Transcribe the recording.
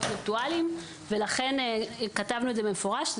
וירטואליים ולכן כתבנו את זה במפורש.